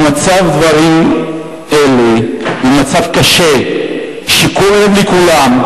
במצב דברים זה, במצב קשה, שכואב לכולם,